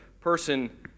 person